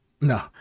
No